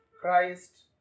Christ